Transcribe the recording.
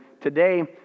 today